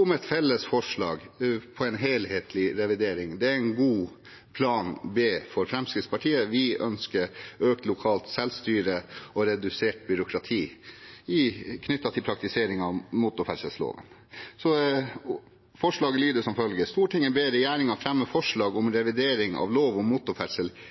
om et felles forslag om en helhetlig revidering. Det er en god plan b for Fremskrittspartiet. Vi ønsker økt lokalt selvstyre og redusert byråkrati knyttet til praktiseringen av motorferdselloven. Forslaget lyder som følger: «Stortinget ber regjeringen fremme forslag om revidering av lov om motorferdsel